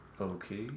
okay